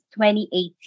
2018